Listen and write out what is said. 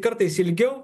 kartais ilgiau